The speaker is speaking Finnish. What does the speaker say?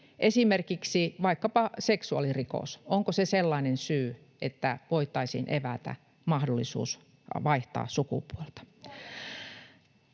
Esimerkiksi vaikkapa seksuaalirikos: onko se sellainen syy, että voitaisiin evätä mahdollisuus vaihtaa sukupuolta?